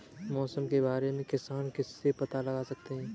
मौसम के बारे में किसान किससे पता लगा सकते हैं?